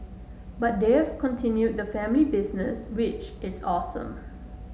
but they've continued the family business which is awesome